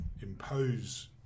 impose